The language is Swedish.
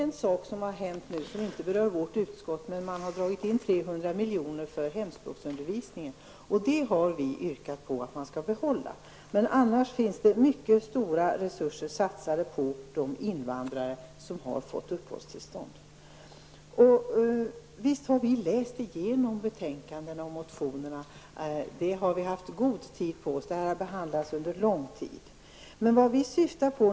En sak som inte berör vårt utskott har hänt. 300 milj.kr. för hemspråksundervisning har dragits in. Vi har yrkat att också det beloppet skall anvisas. I övrigt satsas mycket stora resurser på de invandrare som har fått uppehållstillstånd i landet. Visst har vi läst i genom betänkandena och motionerna. Vi har haft god tid på oss, eftersom denna fråga har behandlats under lång tid.